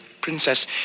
Princess